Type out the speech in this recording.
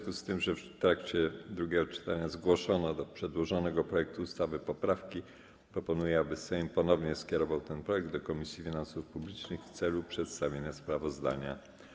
W związku z tym, że w trakcie drugiego czytania zgłoszono do przedłożonego projektu ustawy poprawki, proponuję, aby Sejm ponownie skierował ten projekt do Komisji Finansów Publicznych w celu przedstawienia sprawozdania.